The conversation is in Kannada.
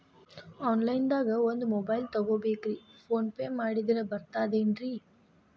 ಆನ್ಲೈನ್ ದಾಗ ಒಂದ್ ಮೊಬೈಲ್ ತಗೋಬೇಕ್ರಿ ಫೋನ್ ಪೇ ಮಾಡಿದ್ರ ಬರ್ತಾದೇನ್ರಿ?